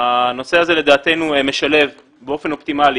הנושא הזה לדעתנו משלב באופן אופטימלי